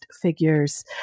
figures